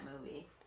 movie